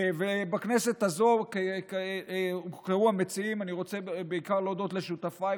אני רוצה להודות לשותפיי,